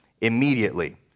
Immediately